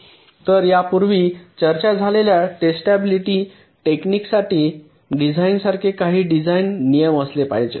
तर यापूर्वी चर्चा झालेल्या टेस्टाबिलिटी टेक्निक साठी डिझाइनसारखे काही डिझाइन नियम असले पाहिजेत